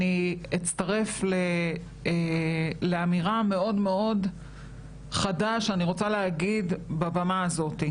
אני אצטרף לאמירה מאוד חדה שאני רוצה להגיד בבמה הזאת.